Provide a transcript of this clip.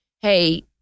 hey